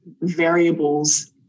variables